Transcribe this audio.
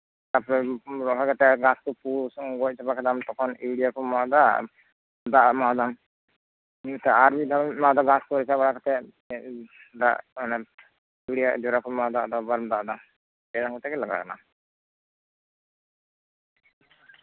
ᱛᱟᱨᱯᱚᱨ ᱨᱚᱦᱚᱭ ᱠᱟᱛᱮ ᱜᱷᱟᱸᱥ ᱠᱚ ᱯᱩ ᱥᱟᱶ ᱜᱚᱡ ᱪᱟᱵᱟ ᱠᱮᱫᱟᱢ ᱛᱚᱠᱷᱚᱱ ᱤᱭᱩᱨᱤᱭᱟ ᱠᱚᱢ ᱮᱢᱟᱣᱟᱫᱟ ᱟᱨ ᱫᱟᱜ ᱮᱢ ᱮᱢᱟᱣᱫᱟ ᱤᱱᱟᱹ ᱛᱟᱭᱚᱢ ᱟᱨ ᱢᱤᱫ ᱫᱷᱟᱣᱮᱢ ᱮᱢᱟᱣᱟᱫᱟ ᱜᱷᱟᱸᱥ ᱜᱚᱡ ᱪᱟᱵᱟ ᱠᱟᱛᱮ ᱫᱤᱭᱮ ᱜᱟᱹᱲᱭᱟᱹ ᱨᱮ ᱡᱚᱨᱟ ᱠᱚᱢ ᱮᱢᱟᱣᱟᱫᱟ ᱟᱵᱟᱨᱮᱢ ᱫᱟᱜ ᱟᱫᱟ ᱯᱮ ᱫᱚᱢ ᱠᱟᱛᱮ ᱜᱮ ᱞᱟᱜᱟᱜ ᱠᱟᱱᱟ